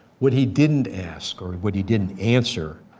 what he didn't ask, or what he didn't answer,